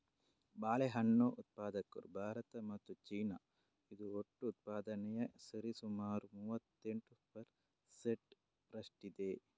ಬಾಳೆಹಣ್ಣು ಉತ್ಪಾದಕರು ಭಾರತ ಮತ್ತು ಚೀನಾ, ಇದು ಒಟ್ಟು ಉತ್ಪಾದನೆಯ ಸರಿಸುಮಾರು ಮೂವತ್ತೆಂಟು ಪರ್ ಸೆಂಟ್ ರಷ್ಟಿದೆ